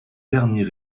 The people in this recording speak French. derniers